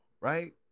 right